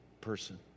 person